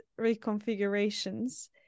reconfigurations